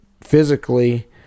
physically